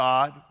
God